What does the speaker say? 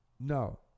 No